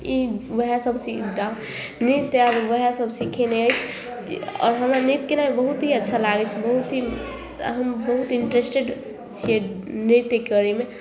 ई वएहे सभ सीखेने अछि नृत्य वएहे सभ सीखेने अछि हमर नृत्य केनाइ बहुत ही अच्छा लागै छै बहुत ही हम बहुत इन्टरेस्टेड छियै नृत्य करैमे